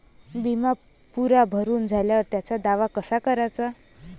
बिमा पुरा भरून झाल्यावर त्याचा दावा कसा कराचा?